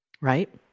Right